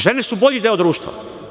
Žene su bolji deo društva.